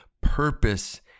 purpose